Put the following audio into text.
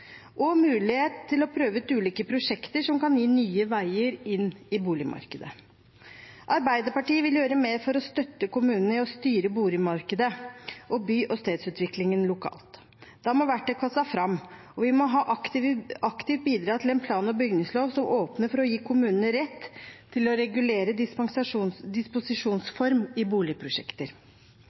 og mulighet til å prøve ut ulike prosjekter som kan gi nye veier inn i boligmarkedet. Arbeiderpartiet vil gjøre mer for å støtte kommunene i å styre boligmarkedet og by- og stedsutviklingen lokalt. Da må verktøykassen fram, og vi må aktivt bidra til en plan- og bygningslov som åpner for å gi kommunene rett til å regulere disposisjonsform i boligprosjekter.